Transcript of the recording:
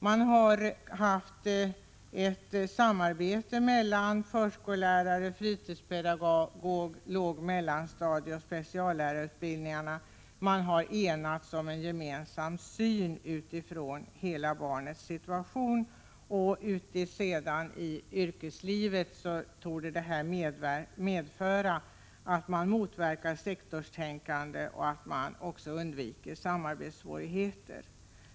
Man har haft ett samarbete mellan förskollärare, fritidspedagoger och lärare på lågoch mellanstadiet samt speciallärarutbildningarna och därvid enats om en gemensam syn utifrån barnets hela situation. I yrkeslivet torde detta medföra att man motverkar sektorstänkande och förhindrar att samarbetssvårigheter uppstår.